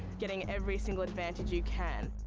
getting every single advantage you can.